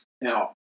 Now